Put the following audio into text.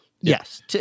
Yes